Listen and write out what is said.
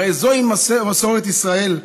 הרי זוהי מסורת ישראל.